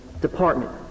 department